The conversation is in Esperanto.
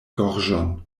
gorĝon